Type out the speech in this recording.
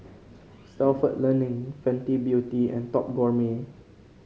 Stalford Learning Fenty Beauty and Top Gourmet